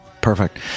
Perfect